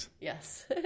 Yes